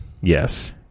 Yes